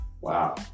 Wow